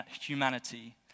humanity